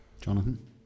Jonathan